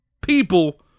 people